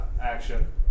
action